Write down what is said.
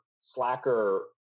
Slacker